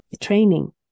training